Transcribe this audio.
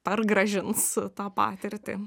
ar grąžins tą patirtį